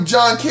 John